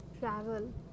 travel